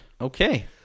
Okay